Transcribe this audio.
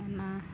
ᱚᱱᱟ